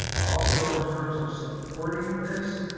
also in terms of supporting this,